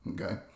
okay